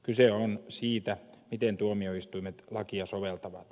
kyse on siitä miten tuomioistuimet lakia soveltavat